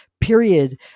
period